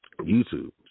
YouTube